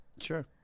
Sure